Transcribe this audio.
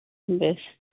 ᱵᱮᱥ